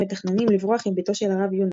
הם מתכננים לברוח עם בתו של הרב, יונה.